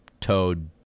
toad